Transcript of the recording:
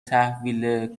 تحویل